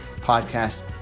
podcast